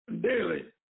daily